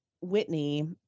Whitney